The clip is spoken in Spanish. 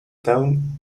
town